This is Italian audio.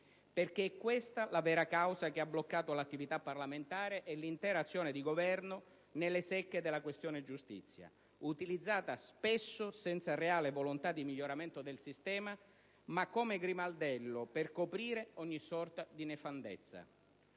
Questa è infatti la vera causa che ha bloccato l'attività parlamentare e l'intera azione di Governo nelle secche della questione giustizia, utilizzata spesso senza reale volontà di miglioramento del sistema ma come grimaldello per coprire ogni sorta di nefandezza.